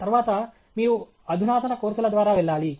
తర్వాత మీరు అధునాతన కోర్సుల ద్వారా వెళ్ళాలి